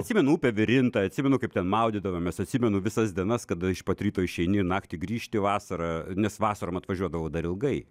atsimenu upę virintą atsimenu kaip ten maudydavomės atsimenu visas dienas kada iš pat ryto išeini naktį grįžti vasarą nes vasarom atvažiuodavau dar ilgai